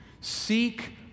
Seek